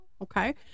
Okay